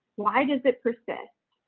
why does it persist?